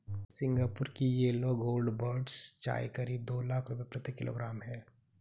Singapore की yellow gold buds चाय करीब दो लाख रुपए प्रति किलोग्राम है